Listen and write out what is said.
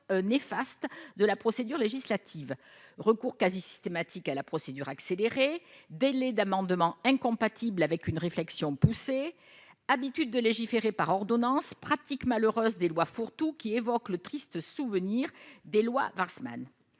néfastes, de la procédure législative : recours quasi systématique à la procédure accélérée, délai pour le dépôt des amendements incompatible avec une réflexion poussée, habitude de légiférer par ordonnances, pratique malheureuse des lois fourre-tout, qui évoque le triste souvenir des lois Warsmann.